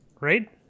right